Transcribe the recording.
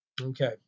Okay